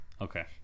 okay